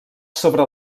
sobre